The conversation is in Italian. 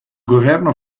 governo